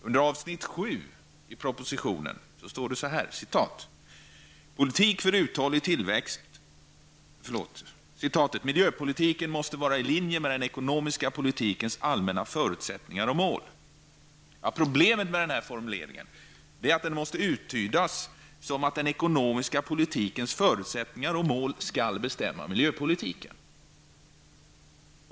Under avsnitt 7 i propositionen: ''Politik för uthållig tillväxt'' står det dessutom att läsa: ''Miljöpolitiken måste vara i linje med den ekonomiska politikens allmänna förutsättningar och mål.'' Problemet med denna formulering är att den måste uttydas så, att den ekonomiska politikens förutsättningar och mål skall bestämma miljöpolitiken.